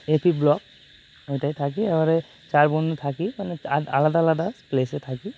এ P block ওটায় থাকি এবারে চার বন্ধু থাকি মানে আলাদা আলাদা প্লেসে থাকি